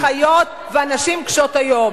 האחיות והנשים קשות היום.